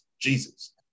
Jesus